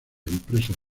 empresas